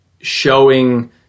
showing